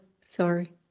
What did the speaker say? sorry